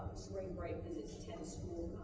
spring break because its ten so